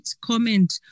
comment